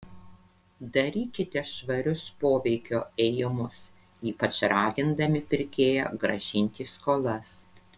darykite švarius poveikio ėjimus ypač ragindami pirkėją grąžinti skolas